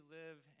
live